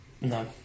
No